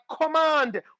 command